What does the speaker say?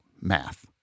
math